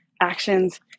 actions